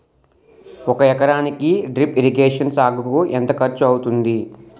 ఒక ఎకరానికి drip irrigation సాగుకు ఎంత ఖర్చు అవుతుంది?